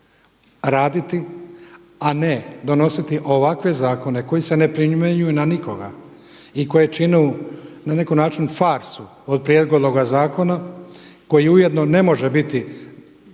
raditi a ne donositi ovakve zakone koji se ne primjenjuju na nikoga i koji čine na neki način farsu od prijedloga zakona koji ujedno ne može biti